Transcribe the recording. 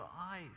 eyes